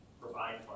provide